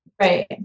Right